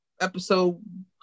episode